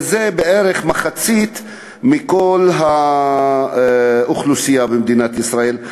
זה בערך מחצית מכל האוכלוסייה במדינת ישראל.